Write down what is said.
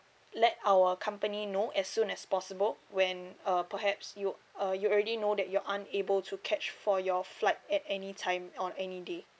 let our company know as soon as possible when uh perhaps you uh you already know that you aren't able to catch for your flight at any time or any day